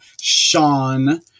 Sean